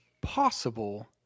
possible